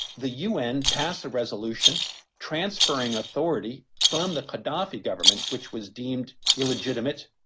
the un passed a resolution transferring authority from the gaddafi government, which was deemed illegitimate,